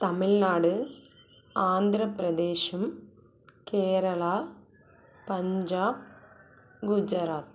Tamil Nadu Andhra Pradesh Kerala Punjab Gujarat